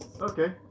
Okay